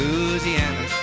Louisiana